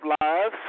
Lives